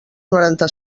noranta